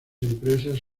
empresas